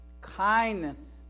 kindness